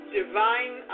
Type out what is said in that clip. divine